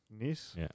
Nice